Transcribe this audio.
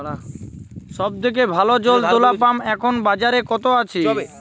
সব থেকে ভালো জল তোলা পাম্প এখন বাজারে কত আছে?